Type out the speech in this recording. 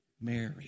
Mary